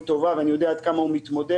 ואני יודע עד כמה הוא מתמודד,